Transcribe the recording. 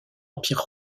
empire